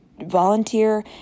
volunteer